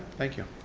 thank you.